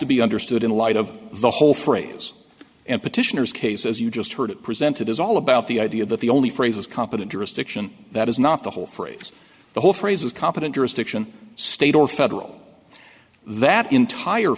to be understood in light of the whole phrase and petitioners case as you just heard it presented is all about the idea that the only phrases competent jurisdiction that is not the whole phrase the whole phrase is competent jurisdiction state or federal that entire